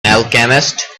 alchemist